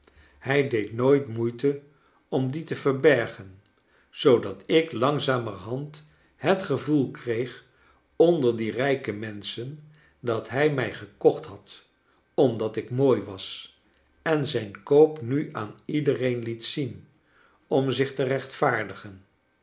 hij deed nooit moeite om die te verhergen zoodat ik iangzamerhand het gevoel kreeg onder die rijke menschen dat hij mij gekocht had omdat ik mooi was en zijn koop nu aan iedereen liet zien om zich te rechtvaardigen